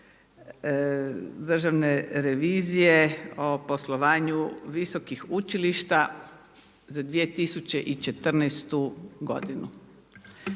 Državne revizije o poslovanju visokih učilišta za 2014. godinu.